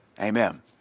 Amen